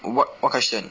what what question